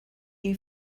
you